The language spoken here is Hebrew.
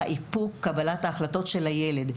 האיפוק וקבלת ההחלטות של הילד.